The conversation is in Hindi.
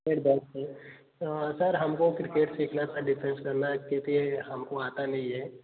क्रिकेट बैट से सर हमको क्रिकेट सीखना था डिफेंस करना है क्योंकि हमको आता नहीं है